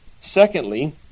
Secondly